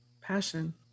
Passion